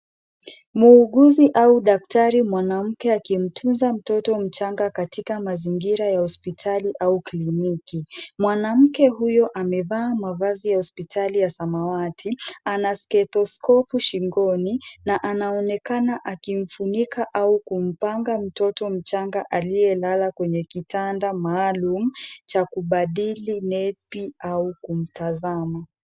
Muuguzi au daktari mwanamke akimtunza mtoto mchanga katika mazingira ya hospitali au kliniki. Mwanamke huyo amevaa mavazi ya hospitali ya samawati, ana stetoskopu shingoni, na anaonekana akimfunika au kumpanga mtoto mchanga aliyelala kwenye kitanda maalum cha kubadili nepi au kumtazama.